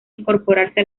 incorporarse